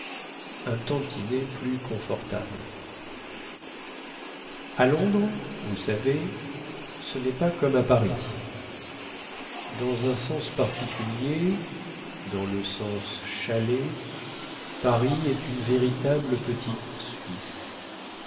un tantinet plus confortable à londres vous savez ce nest pas comme à paris dans un sens particulier dans le sens chalet paris est une véritable petite suisse